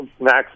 Max